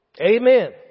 Amen